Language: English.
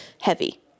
heavy